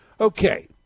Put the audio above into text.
Okay